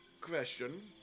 Question